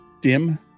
dim